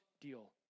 deal